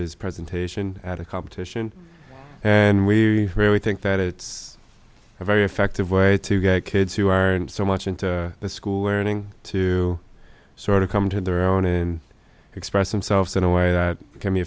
his presentation at a competition there and we really think that it's a very effective way to get kids who aren't so much into the school wearing to sort of come to their own and express themselves in a way that